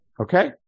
Okay